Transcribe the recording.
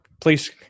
please